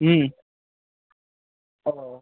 হুম ও